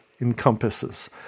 encompasses